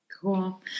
Cool